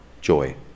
joy